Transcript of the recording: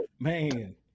man